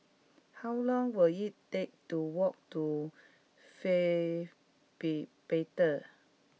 how long will it take to walk to Faith be Bible